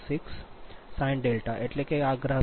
3 0